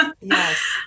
yes